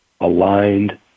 aligned